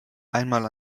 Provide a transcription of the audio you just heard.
einmal